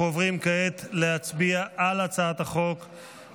אנחנו עוברים כעת להצביע על ההצעה להביע